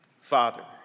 Father